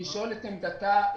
לשאול את עמדתה בנושא.